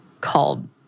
called